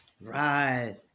right